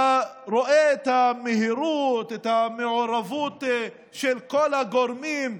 אתה רואה את המהירות, את המעורבות של כל הגורמים,